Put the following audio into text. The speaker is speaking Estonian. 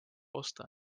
osta